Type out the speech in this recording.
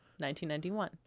1991